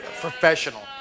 Professional